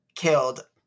Killed